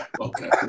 Okay